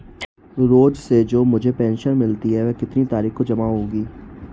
रोज़ से जो मुझे पेंशन मिलती है वह कितनी तारीख को जमा होगी?